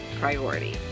priority